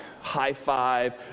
high-five